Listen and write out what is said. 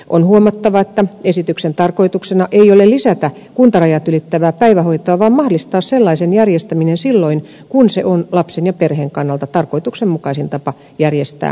on huomattava että esityksen tarkoituksena ei ole lisätä kuntarajat ylittävää päivähoitoa vaan mahdollistaa sellaisen järjestäminen silloin kun se on lapsen ja perheen kannalta tarkoituksenmukaisin tapa järjestää lapsen päivähoito